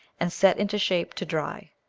and set into shape to dry.